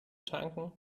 tanken